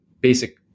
basic